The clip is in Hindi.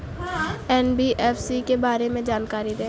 एन.बी.एफ.सी के बारे में जानकारी दें?